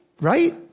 right